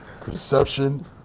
Perception